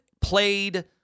played